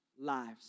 lives